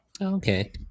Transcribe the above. Okay